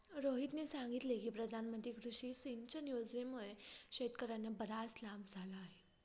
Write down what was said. रोहितने सांगितले की प्रधानमंत्री कृषी सिंचन योजनेमुळे शेतकर्यांना बराच लाभ झाला आहे